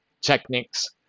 techniques